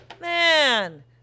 man